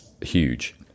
huge